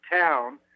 town